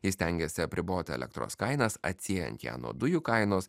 ji stengiasi apriboti elektros kainas atsiejant ją nuo dujų kainos